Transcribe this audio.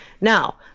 Now